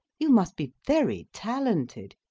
you must be very talented.